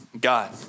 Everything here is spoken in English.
God